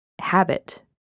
habit